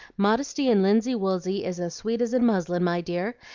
modesty in linsey-woolsey is as sweet as in muslin, my dear,